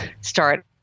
start